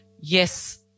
yes